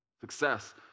success